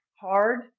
hard